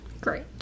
great